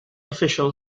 official